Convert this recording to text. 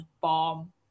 bomb